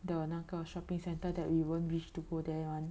的那个 shopping centre that we won't wish to go there [one]